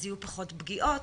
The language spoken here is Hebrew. אז יהיו פחות פגיעות.